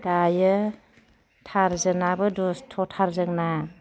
दायो टारजोनाबो दुस्थथार जोंना